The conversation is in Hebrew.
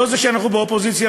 לא זה שאנחנו באופוזיציה,